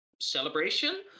celebration